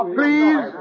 please